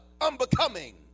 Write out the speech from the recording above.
unbecoming